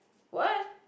what